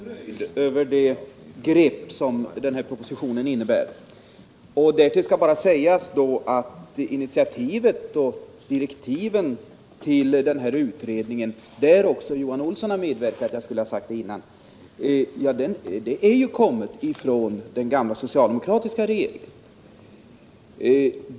Herr talman! Johan Olsson har gett uttryck för något av julfröjd över det nya grepp, som propositionen innebär. Därtill skall bara sägas att initiativet och direktiven till utredningen, i vilken också Johan Olsson medverkat — jag skulle ha sagt det tidigare — har kommit från den gamla, socialdemokratiska regeringen.